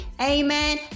Amen